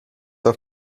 auf